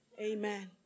Amen